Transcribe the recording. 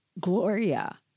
Gloria